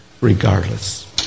regardless